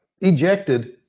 ejected